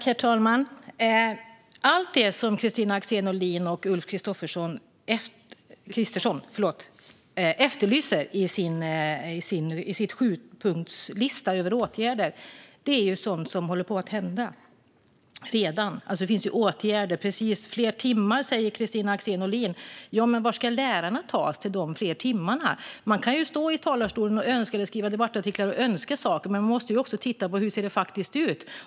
Herr talman! Allt det som Kristina Axén Olin och Ulf Kristersson efterlyser i sin sjupunktslista över åtgärder är sådant som redan håller på att hända. Det finns ju åtgärder. Kristina Axén Olin pratar om fler timmar. Var ska lärarna till dessa fler timmar hittas? Man kan stå i talarstolen eller skriva debattartiklar och önska saker, men man måste också titta på hur det faktiskt ser ut.